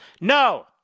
No